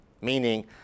meaning